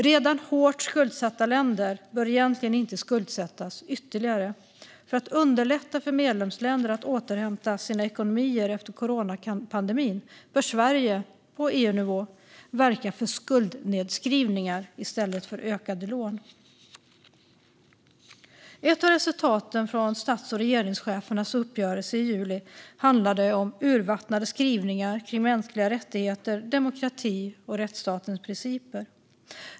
Redan hårt skuldsatta länder bör egentligen inte skuldsättas ytterligare. För att underlätta för medlemsländer att återhämta sina ekonomier efter coronapandemin bör Sverige på EU-nivå verka för skuldnedskrivningar i stället för ökade lån. Ett av resultaten av stats och regeringschefernas uppgörelse i juli handlade om urvattnade skrivningar kring mänskliga rättigheter, demokrati och rättsstatens principer.